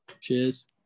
Cheers